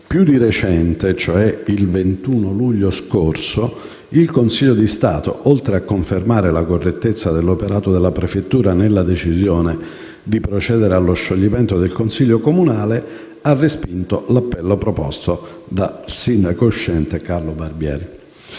Più di recente, il 21 luglio scorso, il Consiglio di Stato, oltre a confermare la correttezza dell'operato della Prefettura nella decisione di procedere allo scioglimento del Consiglio comunale, ha respinto l'appello proposto dal sindaco uscente Carlo Barbieri.